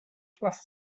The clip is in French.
trois